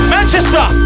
Manchester